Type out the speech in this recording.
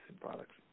products